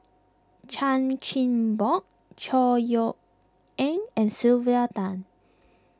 Chan Chin Bock Chor Yeok Eng and Sylvia Tan